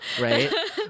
right